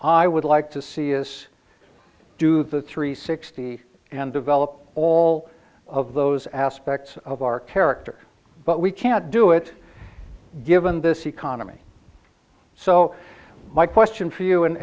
i would like to see is do the three sixty and develop all of those aspects of our character but we can't do it given this economy so my question for you and